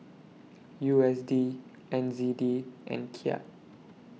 U S D N Z D and Kyat